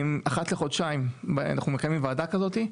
אחת לחודשיים אנחנו מקיימים ועדה כזאת,